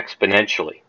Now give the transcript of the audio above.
exponentially